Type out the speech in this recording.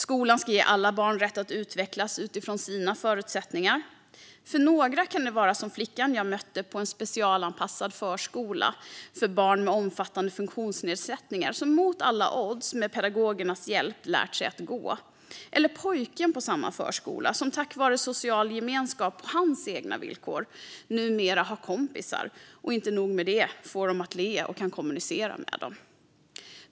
Skolan ska ge alla barn rätt att utvecklas utifrån sina förutsättningar. För några kan det vara som för flickan jag mötte på en specialanpassad förskola för barn med omfattande funktionsnedsättningar, som mot alla odds med pedagogernas hjälp lärt sig att gå. Det kan också vara som för pojken på samma förskola, som tack vare social gemenskap på hans egna villkor numera har kompisar. Och inte nog med det - han får dem att le och kan kommunicera med dem.